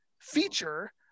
feature